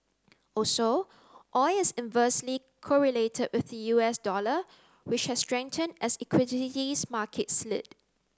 also oil is inversely correlated with the U S dollar which has strengthen as markets slid